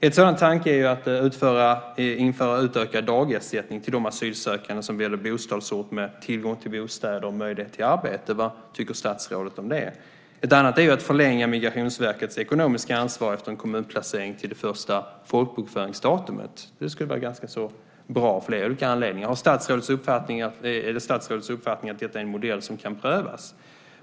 En sådan tanke är att införa utökad dagersättning till de asylsökande som väljer bostadsort med tillgång till bostäder och möjligheter till arbete. Vad tycker statsrådet om det? Ett annat förslag är att förlänga Migrationsverkets ekonomiska ansvar efter en kommunplacering till det första folkbokföringsdatumet. Det skulle vara ganska bra av flera olika anledningar. Är det statsrådets uppfattning att detta är en modell som kan prövas?